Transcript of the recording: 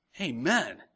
Amen